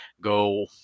go